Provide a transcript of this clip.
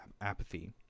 apathy